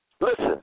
Listen